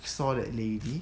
saw that lady